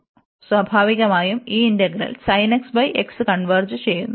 അതിനാൽ സ്വാഭാവികമായും ഈ ഇന്റഗ്രൽ കൺവെർജ് ചെയ്യുന്നു